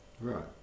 Right